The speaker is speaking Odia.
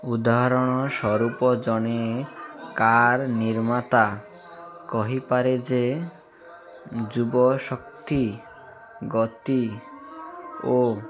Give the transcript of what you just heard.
ଉଦାହରଣ ସ୍ୱରୂପ ଜଣେ କାର୍ ନିର୍ମାତା କହିପାରେ ଯେ ଯୁବଶକ୍ତି ଗତି ଓ